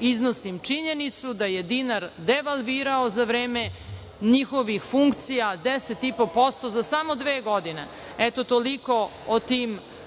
iznosim činjenicu da je dinar devalvirao za vreme njihovih funkcija 10,5%, za samo dve godine. Eto, toliko o tim funkcijama.